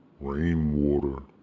rainwater